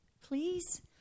please